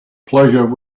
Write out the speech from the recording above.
pleasure